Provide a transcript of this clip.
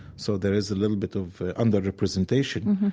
so there is a little bit of under-representation.